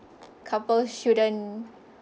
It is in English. couples shouldn't